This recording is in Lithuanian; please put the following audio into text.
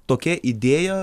tokia idėja